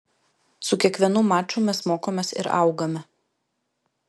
su kiekvienu maču mes mokomės ir augame